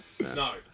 No